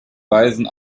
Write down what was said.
weisen